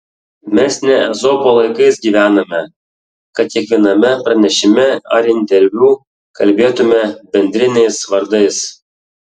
mes ne ezopo laikais gyvename kad kiekviename pranešime ar interviu kalbėtume bendriniais vardais